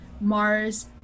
Mars